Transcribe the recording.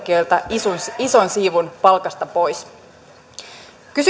palvelusektorin työntekijöiltä ison siivun palkasta pois kysynkin